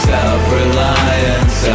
Self-reliance